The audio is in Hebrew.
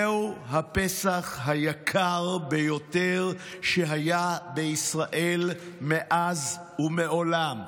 זהו הפסח היקר ביותר שהיה בישראל מאז ומעולם.